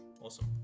Awesome